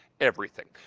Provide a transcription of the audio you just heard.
everything.